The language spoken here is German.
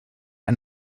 das